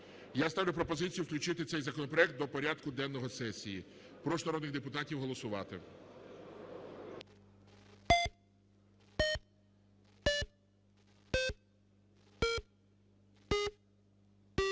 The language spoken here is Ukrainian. Я ставлю пропозицію включити цей законопроект до порядку денного сесії. Прошу народних депутатів голосувати.